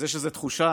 ואז יש איזו תחושה